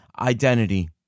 identity